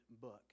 book